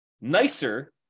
nicer